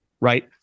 right